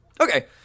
Okay